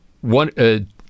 One